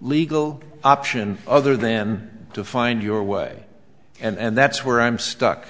legal option other than to find your way and that's where i'm stuck